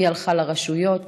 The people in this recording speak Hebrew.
היא הלכה לרשויות